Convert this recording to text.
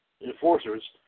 Enforcers